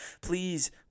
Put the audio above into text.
please